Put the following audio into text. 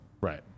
Right